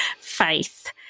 Faith